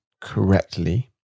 correctly